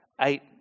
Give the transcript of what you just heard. eight